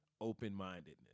open-mindedness